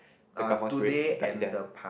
ah today and the park